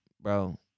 bro